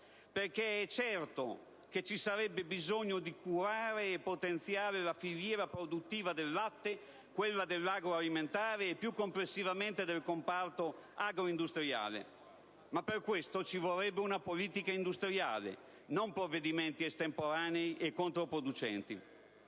infatti certo che ci sarebbe bisogno di curare e potenziare la filiera produttiva del latte, quella dell'agro-alimentare e più complessivamente il comparto agro-industriale, ma per questo ci vorrebbe una politica industriale, non provvedimenti estemporanei e controproducenti.